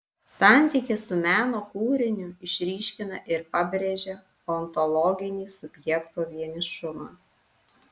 santykis su meno kūriniu išryškina ir pabrėžia ontologinį subjekto vienišumą